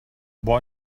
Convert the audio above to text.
boy